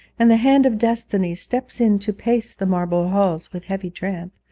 and the hand of destiny steps in to pace the marble halls with heavy tramp.